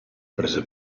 prese